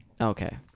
Okay